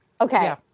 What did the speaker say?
Okay